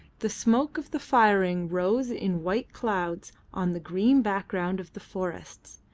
the smoke of the firing rose in white clouds on the green background of the forests,